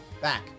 back